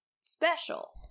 special